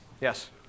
Yes